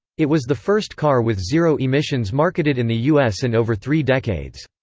it was the first car with zero-emissions marketed in the us in over three decades.